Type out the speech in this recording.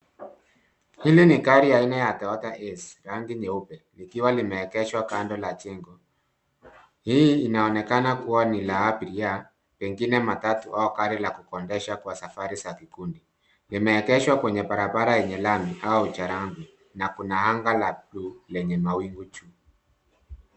Hili ni gari aina ya Toyota essy likiwa limeegeshwa kando la jengo. Hii inaokana kuwa ni ya abiria pengine matatu au gari la kukodisha kwa safari ya kikundi. Limeegeshwa kwenye barabara yenye lami au cha lami na kuna anga la bluu lenye mawingu juu.